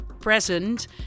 present